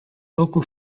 local